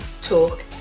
talk